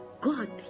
God